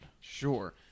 Sure